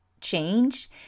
change